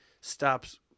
stops